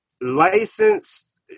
licensed